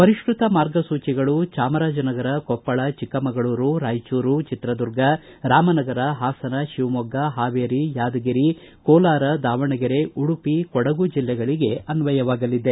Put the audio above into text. ಪರಿಷ್ಠತ ಮಾರ್ಗಸೂಚಿಗಳು ಚಾಮರಾಜನಗರ ಕೊಪ್ಪಳ ಚಿಕ್ಕಮಗಳೂರು ರಾಯಚೂರು ಚಿತ್ರದುರ್ಗ ರಾಮನಗರ ಹಾಸನ ಶಿವಮೊಗ್ಗ ಹಾವೇರಿ ಯಾದಗಿರಿ ಕೋಲಾರ್ ದಾವಣಗೆರೆ ಉಡುಪಿ ಕೊಡುಗು ಜಿಲ್ಲೆಗಳಿಗೆ ಅನ್ವಯವಾಗಲಿದೆ